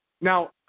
Now